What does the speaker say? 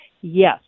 yes